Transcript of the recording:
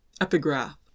Epigraph